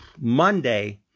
Monday